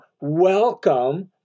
welcome